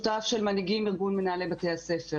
אני יו"ר משותף של מנהיגים ארגון מנהלי בתי-הספר.